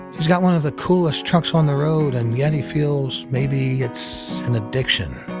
he's got one of the coolest trucks on the road, and yet he feels, maybe it's an addiction.